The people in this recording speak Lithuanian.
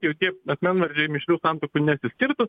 jokie asmenvardžiai mišrių santuokų nesiskirtų